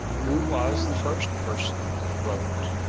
who was the first person that wrote,